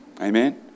Amen